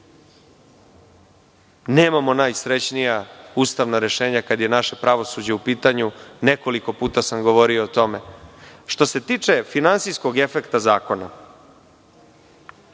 Nemamo najsrećnija ustavna rešenja kada je naše pravosuđe u pitanju. Nekoliko puta sam govorio o tome. Što se tiče finansijskog i efekta zakona,